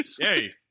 Hey